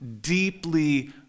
deeply